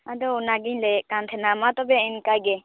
ᱟᱫᱚ ᱚᱱᱟᱜᱮᱧ ᱞᱟᱹᱭᱮᱜ ᱠᱟᱱ ᱛᱟᱦᱮᱱᱟ ᱢᱟ ᱛᱚᱵᱮ ᱮᱱᱠᱟᱜᱮ